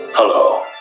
Hello